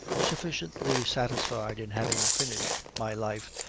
sufficiently satisfied in having finished my life,